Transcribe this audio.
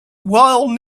while